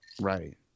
right